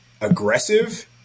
aggressive